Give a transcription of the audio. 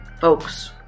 folks